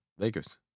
Lakers